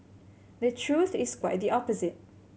the truth is quite the opposite